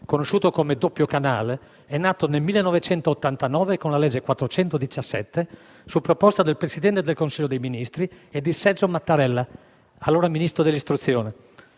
conosciuto come doppio canale, è nato nel 1989, con la legge n. 417, su proposta del Presidente del Consiglio dei ministri e di Sergio Mattarella, allora Ministro dell'istruzione.